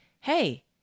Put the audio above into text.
hey